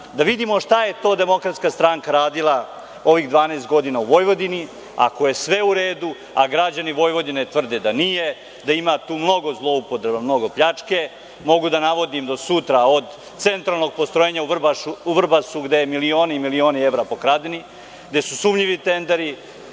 da vidimo šta je to DS radila ovih 12 godina u Vojvodini. Ako je sve u redu, a građani Vojvodine tvrde da nije, da ima tu mnogo zloupotreba, mnogo pljačke, mogu da navodim do sutra, od centralnog postrojenja u Vrbasu, gde su milioni i milioni evra pokradeni, gde su sumnjivi tenderi,